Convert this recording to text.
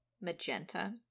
magenta